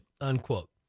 unquote